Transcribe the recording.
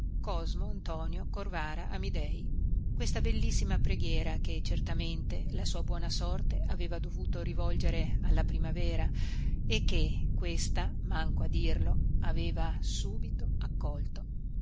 cosmo antonio corvara amidei questa bellissima preghiera che certamente la sua buona sorte aveva dovuto rivolgere alla primavera e che questa manco a dirlo aveva subito accolto